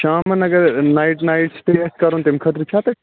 شامن اگر night night سِٹے اَسہِ کَرُن تَمہِ خٲطرٕ چھا تَتہِ